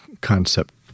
concept